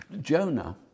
Jonah